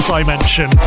Dimension